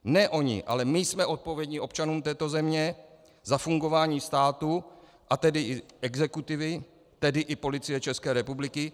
Ne oni, ale my jsme odpovědní občanům této země za fungování státu, a tedy i exekutivy, tedy i Policie České republiky.